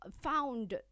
found